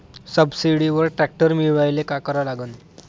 सबसिडीवर ट्रॅक्टर मिळवायले का करा लागन?